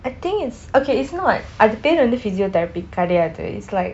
I think it's okay it's not அது பெயர் வந்து:athu peyar vanthu physiotherapy கிடையாது:kidaiyathu is like